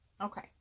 Okay